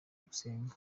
gusenga